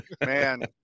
Man